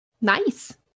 Nice